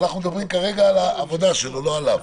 ואנחנו מדברים כרגע על העבודה שלו ולא עליו.